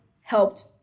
helped